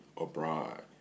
abroad